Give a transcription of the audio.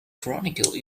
chronicle